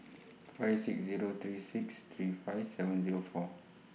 five six Zero three six three five seven Zero four